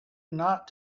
not